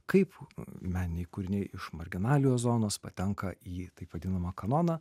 kaip meniniai kūriniai iš marginalijos zonos patenka į taip vadinamą kanoną